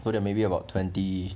so they're maybe about twenty